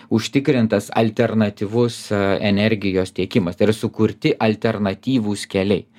užtikrintas alternatyvus energijos tiekimas tai yra sukurti alternatyvūs keliai